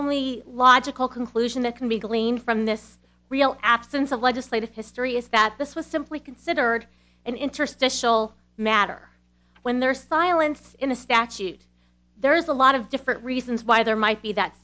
only logical conclusion that can be gleaned from this real absence of legislative history is that this was simply considered an interstate szell matter when their silence in a statute there's a lot of different reasons why there might be that